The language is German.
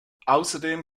außerdem